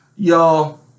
Y'all